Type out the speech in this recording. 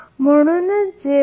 एका नंतर एक बरोबर